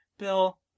Bill